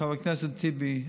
חבר הכנסת טיבי,